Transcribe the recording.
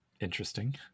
interesting